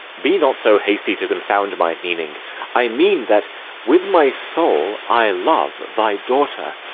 be not so hasty to confound my meaning i mean that with my soul i love thy daughter,